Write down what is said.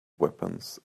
weapons